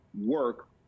work